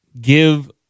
give